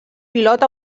pilot